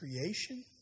creation